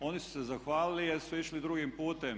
Oni su se zahvalili jer su išli drugim putem.